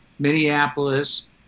minneapolis